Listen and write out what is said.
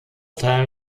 teil